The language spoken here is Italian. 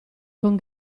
con